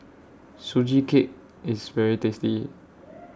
Sugee Cake IS very tasty